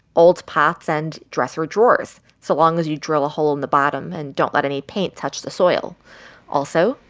old pots and dresser drawers so long as you drill a hole in the bottom and don't let any paint touch the soil also,